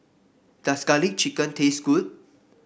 does garlic chicken taste good